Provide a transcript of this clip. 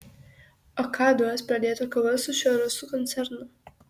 o ką duos pradėta kova su šiuo rusų koncernu